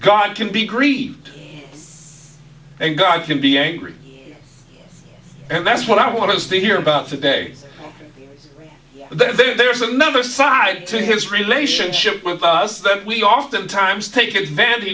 god can be grieved and god can be angry and that's what i want us to hear about today there's another side to his relationship with us that we oftentimes take advantage